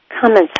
Comments